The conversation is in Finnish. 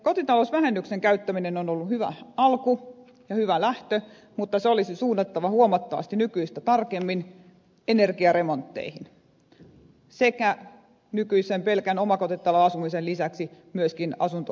kotitalousvähennyksen käyttäminen on ollut hyvä alku ja hyvä lähtö mutta se olisi suunnattava huomattavasti nykyistä tarkemmin energiaremontteihin sekä nykyisen pelkän omakotitaloasumisen lisäksi myöskin asunto osakeyhtiöille